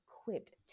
equipped